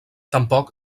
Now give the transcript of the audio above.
tampoc